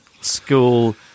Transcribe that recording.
school